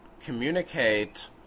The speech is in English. communicate